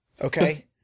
Okay